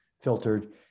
filtered